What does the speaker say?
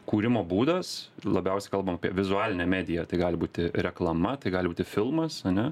kūrimo būdas labiausiai kalbam apie vizualinę mediją tai gali būti reklama tai gali būti filmas ane